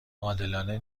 عادلانه